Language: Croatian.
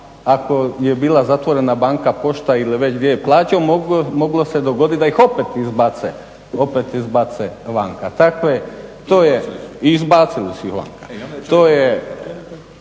ako je bila zatvorena banka, pošta ili već gdje je plaćao moglo se dogoditi da ih opet izbace vanka. Dakle, to je i izbacili su ih vanka.